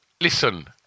listen